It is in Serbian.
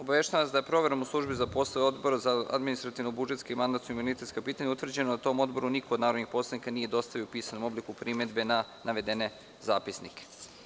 Obaveštavam vas da je proverom u Službi za poslove Odbora za administrativno-budžetska i mandatno-imunitetska pitanja utvrđeno da tom odboru niko od narodnih poslanika nije dostavio u pisanom obliku primedbe na navedene zapisnike.